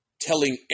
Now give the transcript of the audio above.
telling